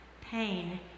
pain